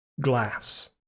Glass